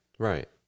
Right